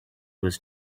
was